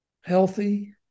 healthy